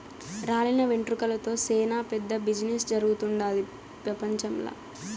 రాలిన వెంట్రుకలతో సేనా పెద్ద బిజినెస్ జరుగుతుండాది పెపంచంల